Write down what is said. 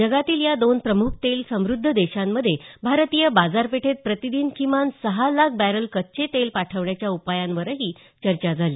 जगातील या दोन प्रमुख तेल समुद्ध देशांमध्ये भारतीय बाजारपेठेत प्रतीदिन किमान सहा लाख बॅरल कच्चे तेल पाठवण्याच्या उपायांवरही चर्चा झाली